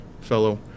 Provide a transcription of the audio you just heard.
fellow